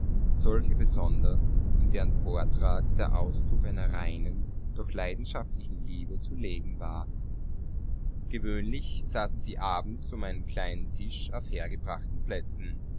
solche besonders in deren vortrag der ausdruck einer reinen doch leidenschaftlichen liebe zu legen war gewöhnlich saßen sie abends um einen kleinen tisch auf hergebrachten plätzen